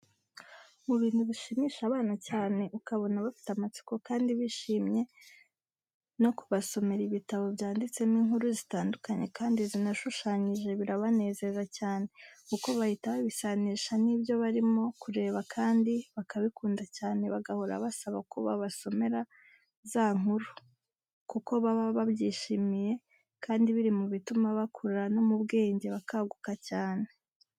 Mu bintu bishimisha abana cyane ukabona bafite amatsiko kandi bishimye, no kubasomera ibitabo byanditsemo inkuru zitandukanye kandi zinashushanyije birabanezeza cyane kuko bahita babisanisha nibyobarimo kureba kandi bakabikunda cyane bagahora basaba ko babasomera za nkuru kuko baba babyishimiye kandi biri mu bituma bakura no mu bwenge bakaguka cyane.